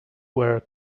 were